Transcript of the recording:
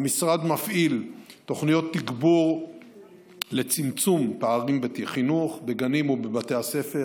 המשרד מפעיל תוכניות תגבור לצמצום פערים בחינוך בגנים ובבתי הספר,